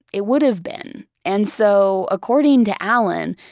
it would have been. and so according to alan,